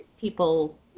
people